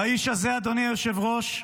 והאיש הזה, אדוני היושב-ראש,